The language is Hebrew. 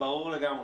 ברור לגמרי.